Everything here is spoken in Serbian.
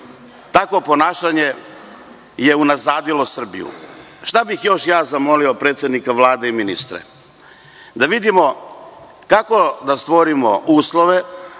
Takvo ponašanje je unazadilo Srbiju. Šta bih još zamolio predsednika Vlade i ministre? Da vidimo kako da stvorimo uslove